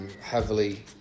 heavily